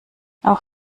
auch